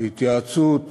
בהתייעצות